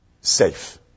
safe